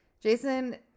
Jason